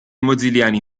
mozilliani